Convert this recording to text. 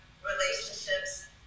relationships